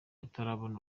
atarabona